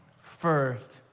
first